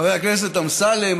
חבר הכנסת אמסלם,